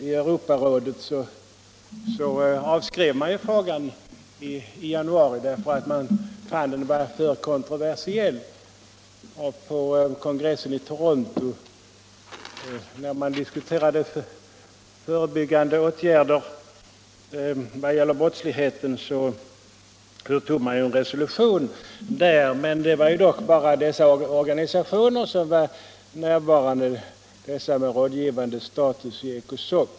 I Europarådet avskrevs frågan i januari därför att den var för kontroversiell. På kongressen i Toronto antogs en resolution vid diskussionen om förebyggande åtgärder mot brottsligheten, men Ecosoc har ju endast rådgivande status.